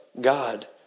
God